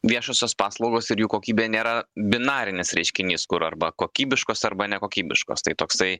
viešosios paslaugos ir jų kokybė nėra binarinis reiškinys kur arba kokybiškos arba nekokybiškos tai toksai